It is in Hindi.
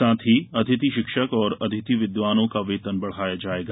साथ ही अतिथि शिक्षक और अतिथि विद्वानों का वेतन बढ़ाया जाएगा